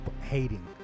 hating